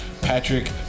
Patrick